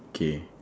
K